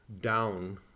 down